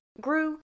grew